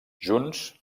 junts